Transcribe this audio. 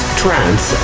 trance